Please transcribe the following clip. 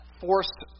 forced